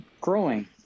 growing